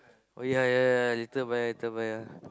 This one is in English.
oh ya ya ya later buy later buy ah